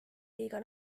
liiga